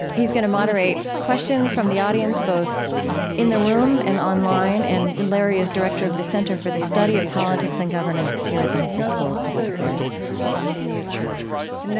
he's going to moderate questions from the audience, both in the room and online. and larry is director of the center for the study of politics and governance here at the humphrey school of public affairs thank you very much, krista.